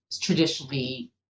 traditionally